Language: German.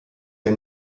der